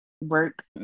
work